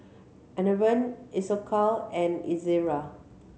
Enervon Isocal and Ezerra